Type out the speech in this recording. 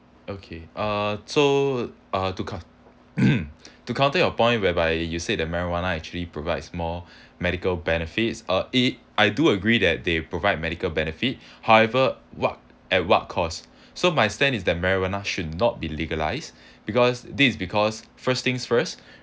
okay uh so uh to cou~ to counter your point whereby you say the marijuana actually provides more medical benefits uh it I do agree that they provide medical benefit however what at what cost so my stand is that marijuana should not be legalised because this is because first things first